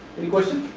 any question?